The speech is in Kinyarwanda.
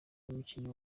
n’umukinnyi